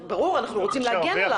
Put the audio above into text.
ברור, אנחנו רוצים להגן עליו.